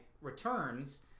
Returns